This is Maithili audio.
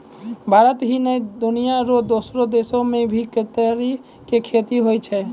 भारत ही नै, दुनिया रो दोसरो देसो मॅ भी केतारी के खेती होय छै